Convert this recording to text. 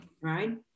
Right